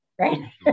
right